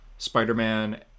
spider-man